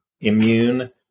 Immune